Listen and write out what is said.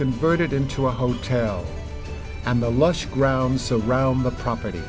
converted into a hotel and the lush grounds so around the property